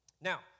Now